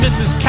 Mrs